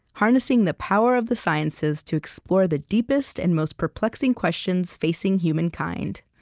harnessing the power of the sciences to explore the deepest and most perplexing questions facing human kind.